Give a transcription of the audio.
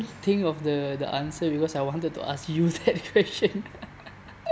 think of the the answer because I wanted to ask you that question